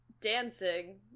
dancing